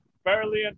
fairly